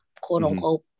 quote-unquote